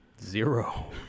Zero